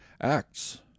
Acts